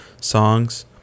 songs